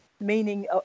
meaning